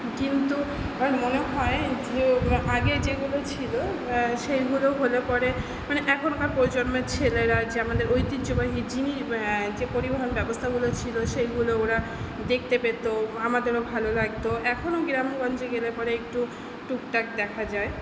কিন্তু আমার মনে হয় যে আগে যেগুলো ছিল সেগুলো হলে পরে মানে এখনকার প্রজন্মের ছেলেরা যে আমাদের ঐতিহ্যবাহী জিনিস যে পরিমাণ ব্যবস্থাগুলো ছিল সেগুলো ওরা দেখতে পেত আমাদেরও ভালো লাগতো এখনও গ্রামগঞ্জে গেলে পরে একটু টুকটাক দেখা যায়